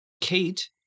Kate